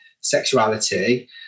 sexuality